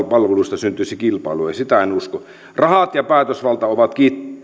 palveluista syntyisi kilpailua sitä en usko rahat ja päätösvalta ovat